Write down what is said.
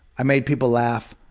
i made people laugh,